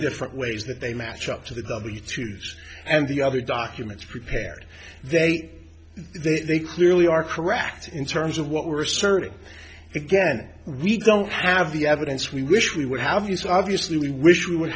different ways that they match up to the w three and the other documents prepared they they they clearly are correct in terms of what we're certain again we don't have the evidence we wish we would have you so obviously we wish we would